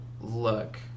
look